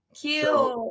cute